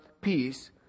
peace